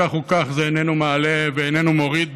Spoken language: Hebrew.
כך או כך זה איננו מעלה ואיננו מוריד,